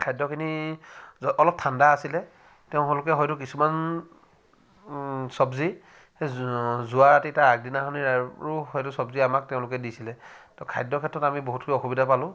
খাদ্যখিনি অলপ ঠাণ্ডা আছিলে তেওঁলোকে হয়তো কিছুমান চবজি যোৱা ৰাতি তাৰ আগদিনাখনেই হয়তো চবজি আমাক তেওঁলোকে দিছিলে তো খাদ্যৰ ক্ষেত্ৰত আমি বহুতখিনি অসুবিধা পালোঁ